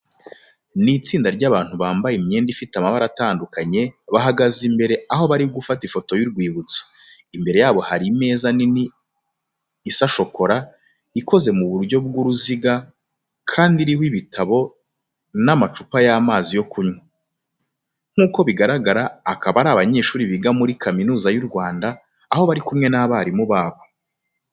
Ni itsinda ry'abantu bambaye imyenda ifite amabara atandukanye, bahagaze imbere aho bari gufata ifoto y'urwibutso. Imbere yabo hari imeza nini isa shokora, ikoze mu buryo bw'uruziga kandi iriho ibitabo n'amacupa y'amazi yo kunywa. Nk'uko bigaragara akaba ari abanyeshuri biga muri Kaminuza y'u Rwanda, aho bari kumwe n'abarimu babo.